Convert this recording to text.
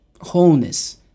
wholeness